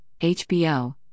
HBO